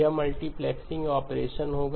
यह multiplexing operation होगा